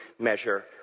measure